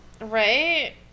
Right